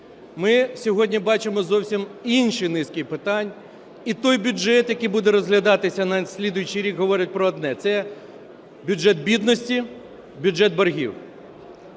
Ми сьогодні бачимо зовсім інші низки питань. І той бюджет, який буде розглядатися на слідуючий рік, говорить про одне - це бюджет бідності, бюджет боргів.